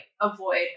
avoid